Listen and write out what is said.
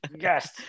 Yes